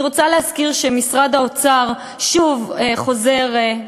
אני רוצה להזכיר שמשרד האוצר שוב חוזר,